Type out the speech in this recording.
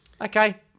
Okay